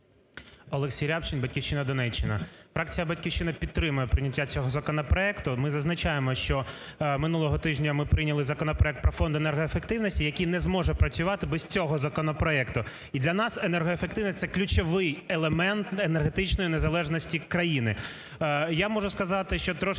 Олексій Рябчин, "Батьківщина", Донеччина. Фракція "Батьківщина" підтримує прийняття цього законопроекту, ми зазначаємо, що минулого тижня ми прийняли законопроект про Фонд енергоефективності, який не зможе працювати без цього законопроекту і для нас енергоефективність - це ключовий елемент енергетичної незалежності країни. Я можу сказати, що трошечки,